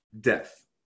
Death